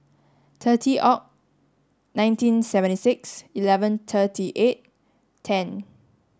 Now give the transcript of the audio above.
thirty Aug nineteen seventy six eleven thirty eight ten